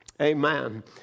Amen